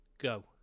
go